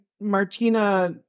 Martina